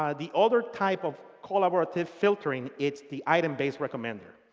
ah the other type of collaborative filtering, it's the item base recommender.